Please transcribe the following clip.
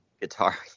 Guitar